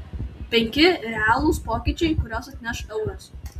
penki realūs pokyčiai kuriuos atneš euras